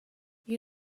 you